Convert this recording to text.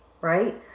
right